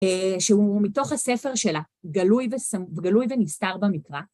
שהוא מתוך הספר שלה גלוי ונסתר במקרא.